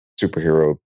superhero